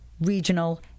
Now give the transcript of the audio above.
regional